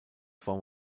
form